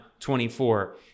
24